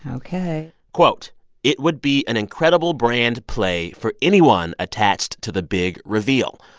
ok quote it would be an incredible brand play for anyone attached to the big reveal.